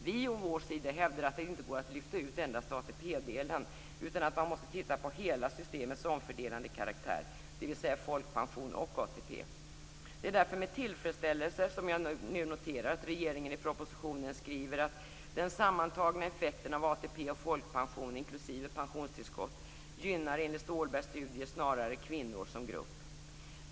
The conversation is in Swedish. Vi å vår sida hävdade att det inte går att lyfta ut endast ATP-delen utan att man måste titta på hela systemets omfördelande karaktär, dvs. folkpension och ATP. Det är därför med tillfredsställelse jag nu noterar att regeringen i propositionen skriver: "Den sammantagna effekten av ATP och folkpension gynnar enligt Ståhlbergs studie snarare kvinnorna som grupp."